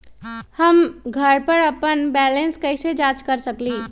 हम घर पर अपन बैलेंस कैसे जाँच कर सकेली?